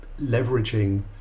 leveraging